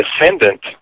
descendant